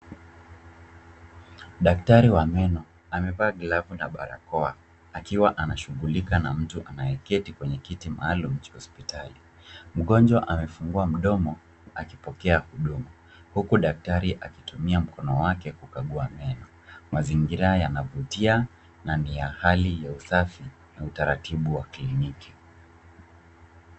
Daktari wa meno amevaa glovu na barakoa akiwa anashughulika na mtu anayeketi kwenye kiti maalum cha hospitali. Mgonjwa amefungua mdomo akipokea huduma huku daktari akitumia mkono wake kukagua meno. Mazingira yanavutia na ni ya hali ya usafi na utaratibu wa kliniki.